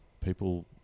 people